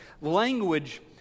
language